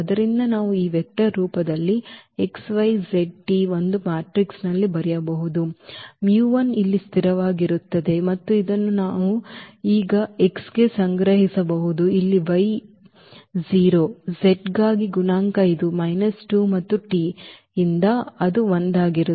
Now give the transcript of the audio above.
ಆದ್ದರಿಂದ ನಾವು ಈ ವೆಕ್ಟರ್ ರೂಪದಲ್ಲಿ x y z t ಒಂದು ಮ್ಯಾಟ್ರಿಕ್ಸ್ನಲ್ಲಿ ಬರೆಯಬಹುದು μ 1 ಇಲ್ಲಿ ಸ್ಥಿರವಾಗಿರುತ್ತದೆ ಮತ್ತು ಇದನ್ನು ನಾವು ಈಗ x x ಗೆ ಸಂಗ್ರಹಿಸಬಹುದು ಇಲ್ಲಿ y ಇದು 0 z ಗಾಗಿ ಗುಣಾಂಕ ಇದು ಮೈನಸ್ 2 ಮತ್ತು t ಇಂದ ಅದು 1